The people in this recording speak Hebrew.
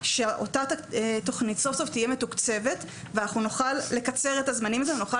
שאותה תוכנית סוף סוף תהיה מתוקצבת ואנחנו נוכל לקצר את הזמנים ונוכל